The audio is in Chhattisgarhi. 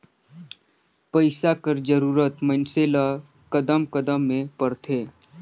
पइसा कर जरूरत मइनसे ल कदम कदम में परथे